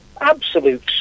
absolute